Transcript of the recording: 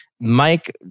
Mike